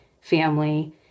family